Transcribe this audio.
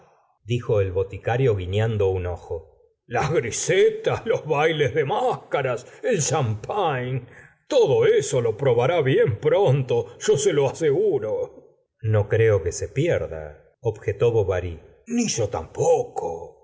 dijo el boticario guiñando un ojo las grisetas los bailes de máscaras el champagne todo eso lo probará bien pronto yo se lo aseguro no creo que se pierda objetó bovary ni yo tampoco